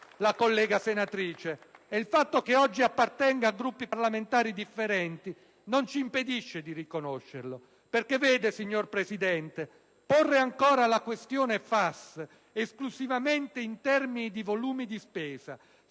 la collega senatrice. Il fatto che si appartenga oggi a Gruppi parlamentari differenti non ci impedisce di riconoscerlo. Signor Presidente, porre ancora la questione FAS esclusivamente in termini di volume di spesa,